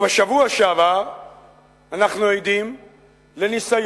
ובשבוע שעבר אנחנו עדים לניסיון